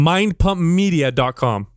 Mindpumpmedia.com